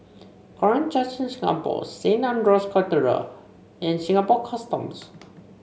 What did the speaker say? Korean Church in Singapore Saint Andrew's Cathedral and Singapore Customs